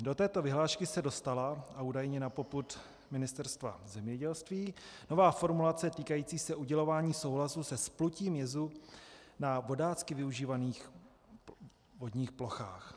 Do této vyhlášky se dostala, údajně na popud Ministerstva zemědělství, nová formulace týkající se udělování souhlasu se splutím jezu na vodácky využívaných vodních plochách.